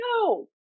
no